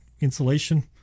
insulation